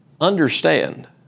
Understand